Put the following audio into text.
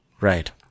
Right